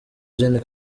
gen